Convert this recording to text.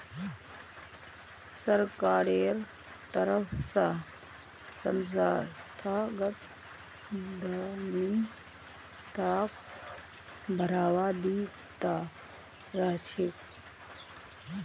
सरकारेर तरफ स संस्थागत उद्यमिताक बढ़ावा दी त रह छेक